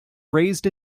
raised